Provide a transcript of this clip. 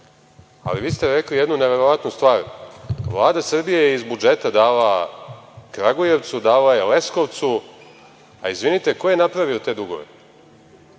ali vi ste rekli jednu neverovatnu stvar, Vlada Srbije je iz budžeta dala Kragujevcu, dala je Leskovcu, a izvinite, ko je napravio te dugove?